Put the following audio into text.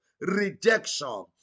rejection